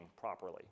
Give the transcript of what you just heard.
properly